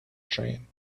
train